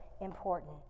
important